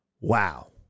Wow